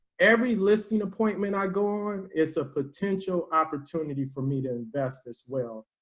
every listing appointment i go on is a potential opportunity for me to invest as well.